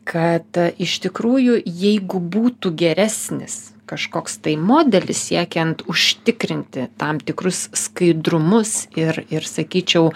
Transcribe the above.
kad iš tikrųjų jeigu būtų geresnis kažkoks tai modelis siekiant užtikrinti tam tikrus skaidrumus ir ir sakyčiau